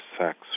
sex